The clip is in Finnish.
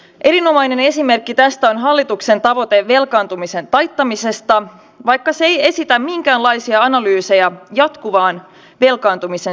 erinomainen esimerkki tästä on hallituksen tavoite velkaantumisen taittamisesta vaikka se ei esitä minkäänlaisia analyyseja jatkuvan velkaantumisen syistä